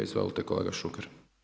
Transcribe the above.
Izvolite kolega Šuker.